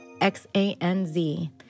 X-A-N-Z